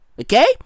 Okay